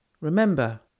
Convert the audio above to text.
Remember